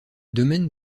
domaine